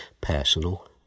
personal